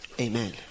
Amen